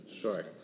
sure